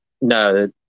No